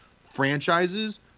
franchises